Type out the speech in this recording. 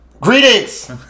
Greetings